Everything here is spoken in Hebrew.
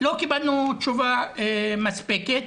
לא קיבלנו תשובה מספקת,